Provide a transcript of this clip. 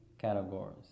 categories